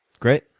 great.